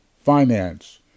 Finance